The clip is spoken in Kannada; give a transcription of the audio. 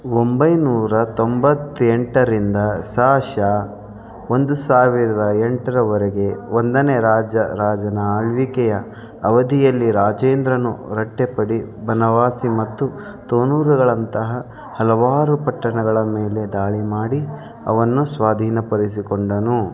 ಒಂಬೈನೂರ ತೊಂಬತ್ತೆಂಟರಿಂದ ಸಾಶ ಒಂದು ಸಾವಿರದ ಎಂಟರವರೆಗೆ ಒಂದನೆ ರಾಜ ರಾಜನ ಆಳ್ವಿಕೆಯ ಅವಧಿಯಲ್ಲಿ ರಾಜೇಂದ್ರನು ರಟ್ಟೆಪಡಿ ಬನವಾಸಿ ಮತ್ತು ತೋನೂರುಗಳಂತಹ ಹಲವಾರು ಪಟ್ಟಣಗಳ ಮೇಲೆ ದಾಳಿ ಮಾಡಿ ಅವನ್ನು ಸ್ವಾಧೀನಪಡಿಸಿಕೊಂಡನು